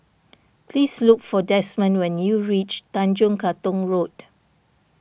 please look for Desmond when you reach Tanjong Katong Road